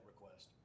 request